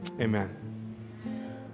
Amen